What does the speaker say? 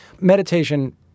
Meditation